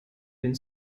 den